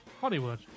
Hollywood